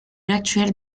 l’actuelle